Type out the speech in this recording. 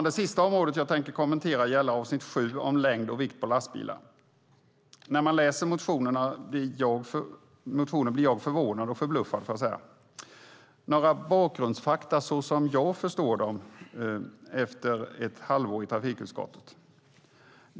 Det sista området jag tänkte kommentera är avsnitt 7 om längd och vikt på lastbilar. När man läser motionerna blir jag förvånad och förbluffad. Låt mig nämna några bakgrundsfakta som jag förstår dem efter ett halvår i trafikutskottet.